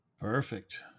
perfect